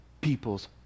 people's